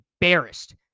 embarrassed